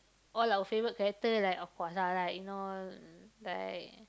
all our favourite character like of course lah like you know like